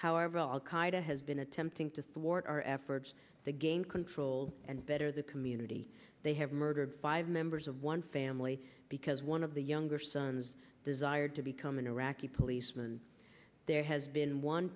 however al qaeda has been attempting to thwart our efforts to gain control and better the community they have murdered five members of one family because one of the younger sons desired to become an iraqi policeman there has been one